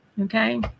Okay